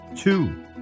Two